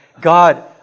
God